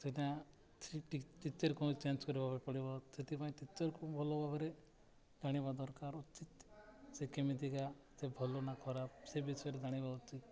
ସେଇଟାଇଁ ଟିଚର୍କୁ ଚେଞ୍ଜ୍ କରିବାକୁ ପଡ଼ିବ ସେଥିପାଇଁ ଟିଚର୍କୁ ଭଲ ଭାବରେ ଜାଣିବା ଦରକାର ଉଚିତ ସେ କେମିତିକା ସେ ଭଲ ନା ଖରାପ ସେ ବିଷୟରେ ଜାଣିବା ଉଚିତ